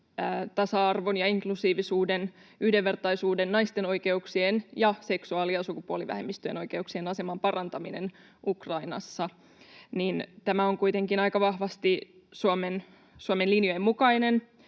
tasa-arvon ja inklusiivisuuden, yhdenvertaisuuden, naisten oikeuksien ja seksuaali- ja sukupuolivähemmistöjen oikeuksien ja aseman parantaminen Ukrainassa — on kuitenkin aika vahvasti Suomen linjojen mukainen?